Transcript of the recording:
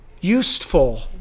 useful